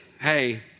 hey